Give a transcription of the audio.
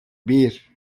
bir